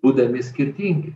būdami skirtingi